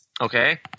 Okay